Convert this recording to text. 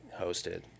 hosted